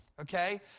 Okay